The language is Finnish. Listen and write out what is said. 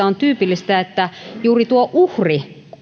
on tyypillistä että juuri uhri